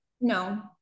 No